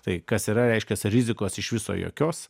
tai kas yra reiškias rizikos iš viso jokios